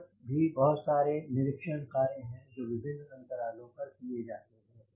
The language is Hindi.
और भी बहुत सारे निरीक्षण कार्य हैं जो विभिन्न अंतरालों पर किये जाते हैं